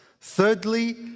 Thirdly